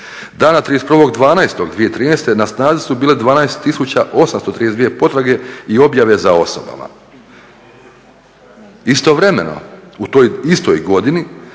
Danas 31.12.2013. na snazi su bile 12 tisuća 832 potrage i objave za osobama. Istovremeno u toj istoj godini